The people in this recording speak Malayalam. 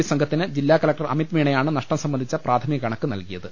ബി സംഘത്തിന് ജില്ലാകലക്ടർ അമിത് മീണ യാണ് നഷ്ടം സംബന്ധിച്ച പ്രാഥമിക കണക്ക് നൽകിയത്